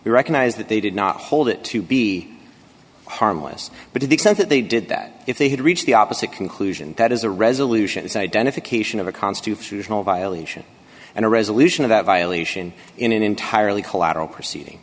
recognize that they did not hold it to be harmless but it except that they did that if they had reached the opposite conclusion that is a resolution is identification of a constitutional violation and a resolution of that violation in an entirely collateral proceeding